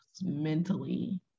mentally